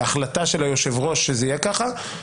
נקרא את פרק ההצבעה בבתי אבות,